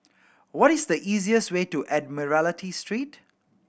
what is the easiest way to Admiralty Street